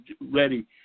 ready